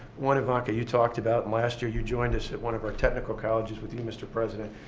one, ivanka, you talked about, and last year, you joined us at one of our technical colleges with you, mr. president.